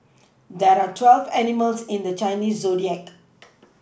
there are twelve animals in the Chinese zodiac